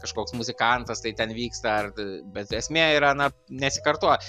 kažkoks muzikantas tai ten vyksta ar bet esmė yra na nesikartoja